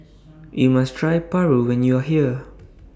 YOU must Try Paru when YOU Are here